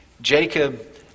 Jacob